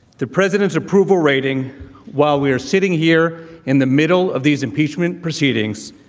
the president's approval rating while we are sitting here in the middle of these impeachment proceedings,